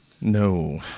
No